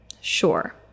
sure